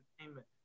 Entertainment